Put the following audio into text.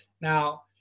Now